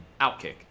Outkick